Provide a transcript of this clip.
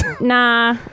Nah